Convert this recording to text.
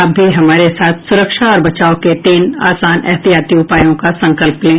आप भी हमारे साथ सुरक्षा और बचाव के तीन आसान एहतियाती उपायों का संकल्प लें